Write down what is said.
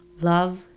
love